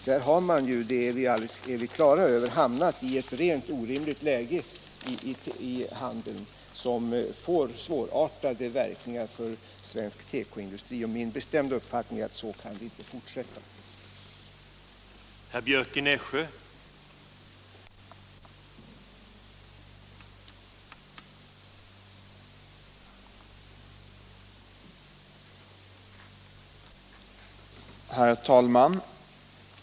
Vi är klara över att man hamnat i 139 ett läge som får svårartade verkningar för svensk tekoindustri. Det är min bestämda uppfattning att så kan det inte fortsätta. Även handeln har sitt ansvar i sammanhanget.